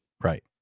Right